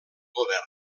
govern